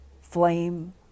flame